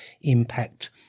impact